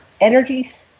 energies